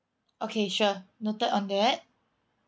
okay sure noted on that